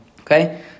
Okay